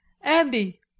Andy